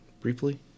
briefly